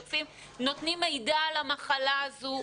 נותנים מידע על המחלה הזו,